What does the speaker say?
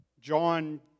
John